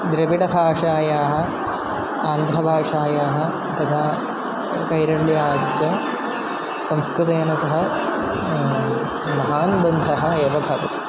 द्रविडभाषायाः आङ्ग्लभाषायाः तथा कैरल्याश्च संस्कृतेन सह महान् बन्धः एव भवति